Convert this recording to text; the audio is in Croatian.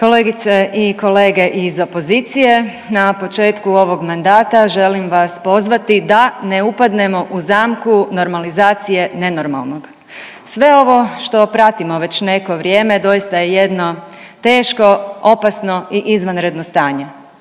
Kolegice i kolege iz opozicije na početku ovog mandata želim vas pozvati da ne upadnemo u zamku normalizacije nenormalnog. Sve ovo što pratimo već neko vrijeme doista je jedno teško, opasno i izvanredno stanje.